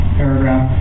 paragraph